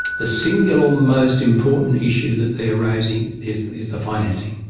the single most important issue that they're raising is is the financing.